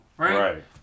Right